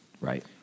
Right